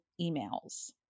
emails